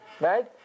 right